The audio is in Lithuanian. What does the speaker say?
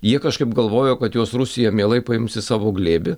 jie kažkaip galvojo kad juos rusija mielai paims į savo glėbį